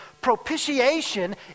Propitiation